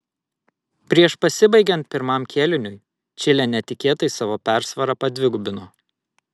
prieš pasibaigiant pirmam kėliniui čilė netikėtai savo persvarą padvigubino